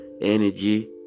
energy